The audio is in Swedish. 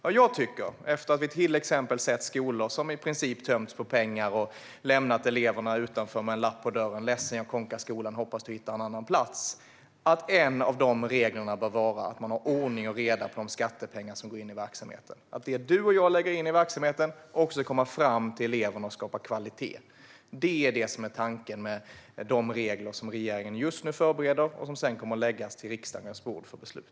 Vad jag tycker, efter att vi till exempel har sett skolor som i princip tömts på pengar och lämnat eleverna utanför med en lapp på dörren som säger "ledsen, jag konkade skolan, hoppas du hittar en annan plats", är att en av de reglerna bör vara att man har ordning och reda på de skattepengar som går in i verksamheten. Det som du och jag lägger in i verksamheten ska också komma fram till eleverna och skapa kvalitet. Det är det som är tanken med de regler som regeringen just nu förbereder och som sedan kommer att läggas på riksdagens bord för beslut.